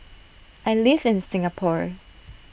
I live in Singapore